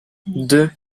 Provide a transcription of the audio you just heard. deux